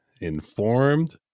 informed